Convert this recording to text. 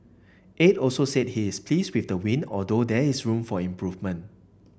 Aide also said he is pleased with the win although there is room for improvement